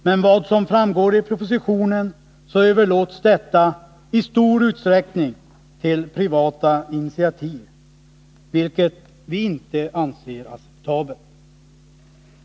Men som framgår av propositionen överlåts exploateringen i stor utsträckning till privata initiativ, vilket vi inte anser acceptabelt.